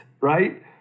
right